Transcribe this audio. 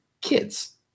kids